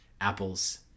apples